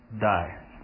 die